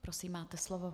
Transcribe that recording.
Prosím, máte slovo.